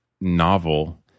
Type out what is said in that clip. novel